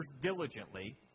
diligently